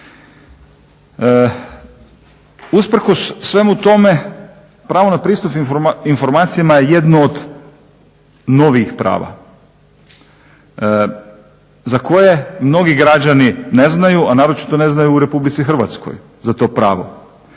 Usprkos svemu tome pravo na pristup informacijama je jedno od novih prava za koje mnogi građani ne znaju, a naročito ne znaju u RH za to pravo.